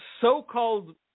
so-called